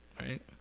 right